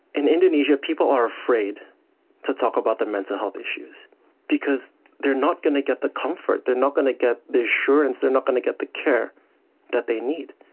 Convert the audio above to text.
in indonesia people are afraid to talk about mental health issues because they are not going to get the comfort, they are not going to get the assurance, they are not going to get the care that they need.